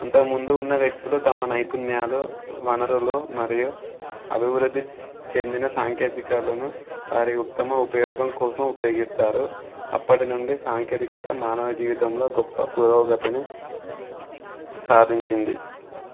అంతకు ముందు ఉన్న వ్యక్తులు తమ నైపుణ్యాలు వనరులు మరియు అభివృద్ధి చెందిన సాంకేతికలను వారి ఉత్తమ ఉపయోగం కోసం ఉపయోగిస్తారు అప్పటినుండి సాంకేతికత మానవ జీవితంలో గొప్ప పురోగతిని సాధించింది